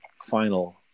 Final